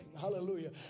Hallelujah